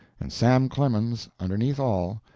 and sam clemens, underneath all,